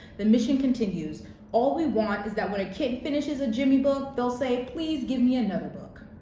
the mission continues all we want is that when a kid finishes a jimmy book, they'll say please give me another book.